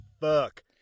fuck